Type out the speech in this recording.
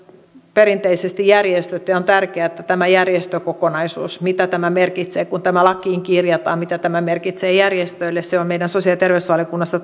perinteisesti järjestöt ja on tärkeää että tämä järjestökokonaisuus mitä tämä merkitsee kun tämä lakiin kirjataan mitä tämä merkitsee järjestöille käydään tarkkaan sosiaali ja terveysvaliokunnassa